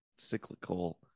cyclical